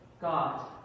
God